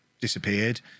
disappeared